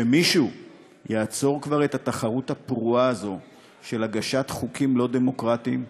שמישהו יעצור כבר את התחרות הפרועה הזאת של הגשת חוקים לא דמוקרטיים,